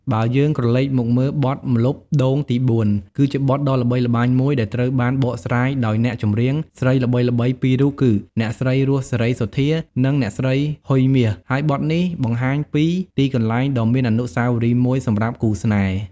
បើយើងក្រឡេកមកមើលបទ ម្លប់ដូងទីបួន គឺជាបទដ៏ល្បីល្បាញមួយដែលត្រូវបានបកស្រាយដោយអ្នកចម្រៀងស្រីល្បីៗពីររូបគឺ អ្នកស្រី រស់ សេរីសុទ្ធា និង អ្នកស្រី ហ៊ុយ មាស ហើយបទនេះបង្ហាញពីទីកន្លែងដ៏មានអនុស្សាវរីយ៍មួយសម្រាប់គូស្នេហ៍។